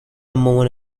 مامان